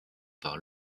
par